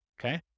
Okay